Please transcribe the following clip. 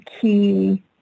key